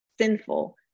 sinful